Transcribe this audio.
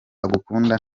agukunda